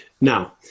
Now